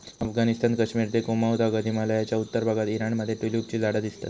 अफगणिस्तान, कश्मिर ते कुँमाउ तागत हिमलयाच्या उत्तर भागात ईराण मध्ये ट्युलिपची झाडा दिसतत